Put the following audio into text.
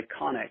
iconic